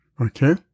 Okay